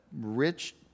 rich